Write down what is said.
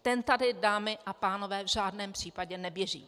Ten tady, dámy a pánové, v žádném případě neběží!